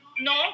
no